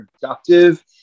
productive